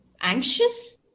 anxious